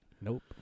Nope